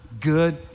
good